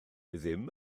ddim